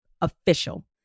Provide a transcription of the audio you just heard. Official